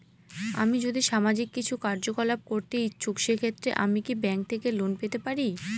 আমি যদি সামাজিক কিছু কার্যকলাপ করতে ইচ্ছুক সেক্ষেত্রে আমি কি ব্যাংক থেকে লোন পেতে পারি?